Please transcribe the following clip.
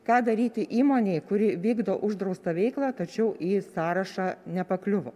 ką daryti įmonei kuri vykdo uždraustą veiklą tačiau į sąrašą nepakliuvo